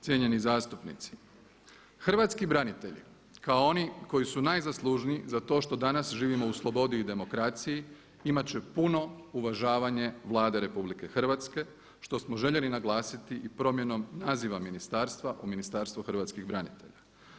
Cijenjeni zastupnici, hrvatski branitelji kao oni koji su najzaslužniji za to što danas živimo u slobodi i demokraciji imat će puno uvažavanje Vlade RH što smo željeli naglasiti i promjenom naziva ministarstva u Ministarstvo hrvatskih branitelja.